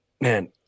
man